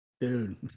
dude